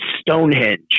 Stonehenge